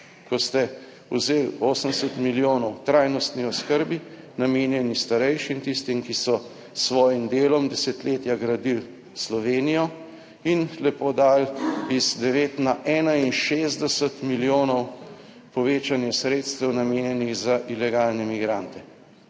Ko ste vzeli 80 milijonov trajnostni oskrbi namenjeni starejšim, tistim, ki so s svojim delom desetletja gradili Slovenijo in lepo dali iz 9 na 61 milijonov povečanje sredstev namenjenih za ilegalne migrante.